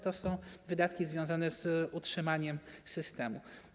To są wydatki związane z utrzymaniem systemu.